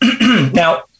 Now